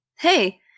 Hey